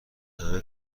همه